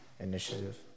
initiative